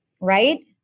right